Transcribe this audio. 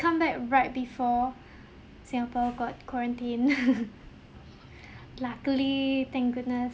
come back right before singapore got quarantined luckily thank goodness